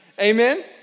Amen